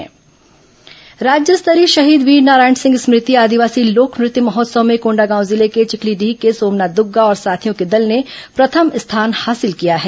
लोक नृत्य महोत्सव राज्य स्तरीय शहीद वीरनारायण सिंह स्मृति आदिवासी लोक नृत्य महोत्सव में कोंडागांव जिले के चिखलीडीह के सोमनाथ दुग्गा और साथियों के दल ने प्रथम स्थान हासिल किया है